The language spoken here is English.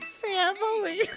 family